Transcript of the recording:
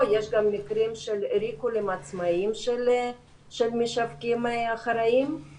יש גם מקרים ריקולים עצמאים של משווקים אחראים,